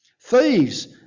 Thieves